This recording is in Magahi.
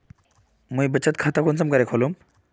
मुई बचत खता कुंसम करे खोलुम?